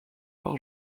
par